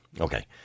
Okay